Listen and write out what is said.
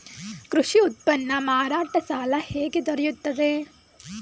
ಕೃಷಿ ಉತ್ಪನ್ನ ಮಾರಾಟ ಸಾಲ ಹೇಗೆ ದೊರೆಯುತ್ತದೆ?